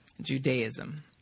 Judaism